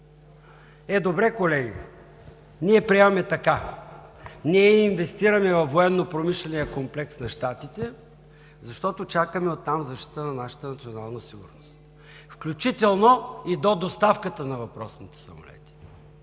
Е, добре, колеги, ние приемаме така: ние инвестираме във военнопромишления комплекс на Щатите, защото чакаме оттам защита на нашата национална сигурност, включително и до доставката на въпросните самолети.